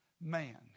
man